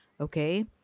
okay